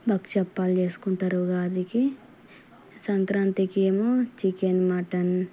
బక్షప్పలూ చేసుకుంటారు ఉగాదికి సంక్రాంతికి ఏమో చికెన్ మటన్